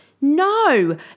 No